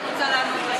אני רוצה לענות.